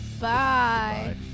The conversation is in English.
Bye